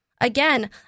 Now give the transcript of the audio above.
Again